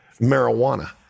marijuana